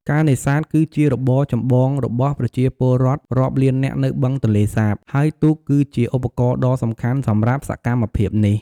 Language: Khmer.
ការនេសាទ គឺជារបរចម្បងរបស់ប្រជាពលរដ្ឋរាប់លាននាក់នៅបឹងទន្លេសាប ហើយទូកគឺជាឧបករណ៍ដ៏សំខាន់សម្រាប់សកម្មភាពនេះ។